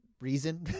reason